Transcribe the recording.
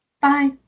Bye